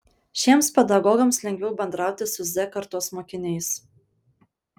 šiems pedagogams lengviau bendrauti su z kartos mokiniais